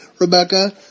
Rebecca